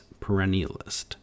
perennialist